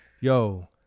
Yo